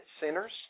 sinners